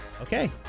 Okay